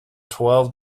twelve